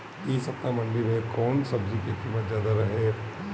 एह सप्ताह मंडी में कउन सब्जी के कीमत ज्यादा रहे?